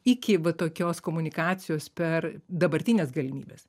iki va tokios komunikacijos per dabartines galimybes